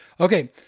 Okay